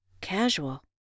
casual